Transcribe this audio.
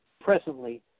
presently